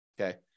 okay